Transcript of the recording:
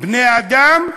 ובני אדם,